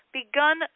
begun